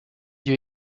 you